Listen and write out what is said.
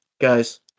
guys